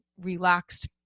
relaxed